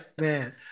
man